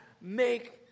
make